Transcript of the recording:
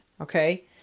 Okay